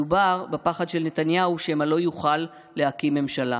מדובר בפחד של נתניהו שמא לא יוכל להקים ממשלה.